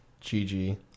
Gigi